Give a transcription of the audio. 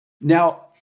Now